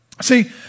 See